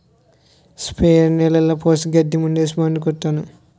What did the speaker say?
sprayer లో నీళ్లు పోసి గడ్డి మందేసి మందు కొట్టాను